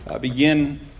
begin